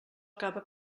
acaba